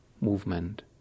movement